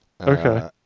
Okay